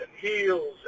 heels